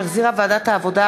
שהחזירה ועדת העבודה,